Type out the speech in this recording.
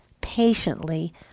patiently